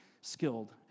skilled